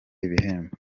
ibihembo